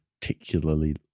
particularly